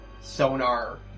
sonar